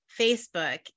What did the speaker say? Facebook